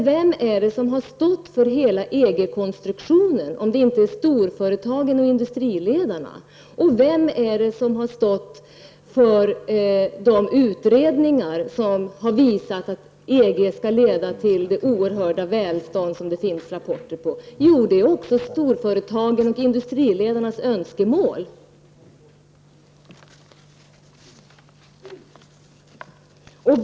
Vem är det som har stått för hela EG konstruktionen om inte storföretagen och industriledarna? Vem är det som har stått för de utredningar som har visat att EG skall leda till det oerhörda välstånd som påstås i rapporterna? Jo, det är storföretagen och industriledarna som för fram sina önskemål.